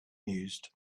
mused